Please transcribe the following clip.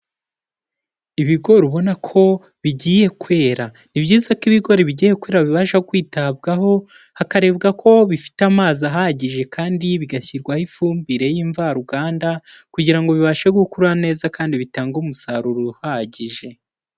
Ibigori ubona ko bigiye kwera. Ni byiza ko ibigori bigiye kwera bibasha kwitabwaho, hakarebwa ko bifite amazi ahagije kandi bigashyirwaho ifumbire y'imvaruganda kugira ngo bibashe gukura neza, kandi bitange umusaruro uhagije.